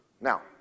Now